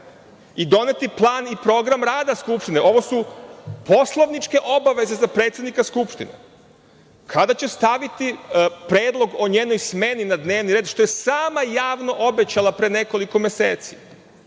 i doneti plan i program rada Skupštine? Ovo su poslovničke obaveze za predsednika Skupštine. Kada će staviti predlog o njenoj smeni na dnevni red, što je sama javno obećala pre nekoliko meseci?